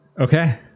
Okay